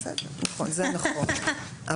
זה נכון,